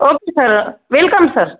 okay sir welcome sir